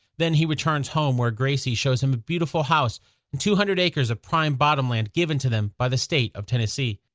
then he returns home where gracie shows him a beautiful house and two hundred acres of prime bottomland given to them by the state of tennessee.